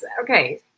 Okay